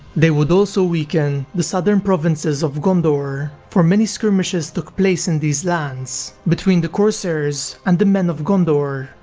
they would also weaken the southern provinces of gondor, for many skirmishes took place in these lands between the corsairs and the men of gondor,